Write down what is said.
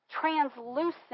translucent